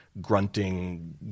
grunting